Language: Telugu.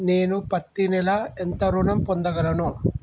నేను పత్తి నెల ఎంత ఋణం పొందగలను?